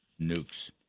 nukes